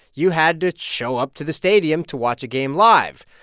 you had to show up to the stadium to watch a game live.